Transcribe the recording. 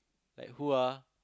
like who ah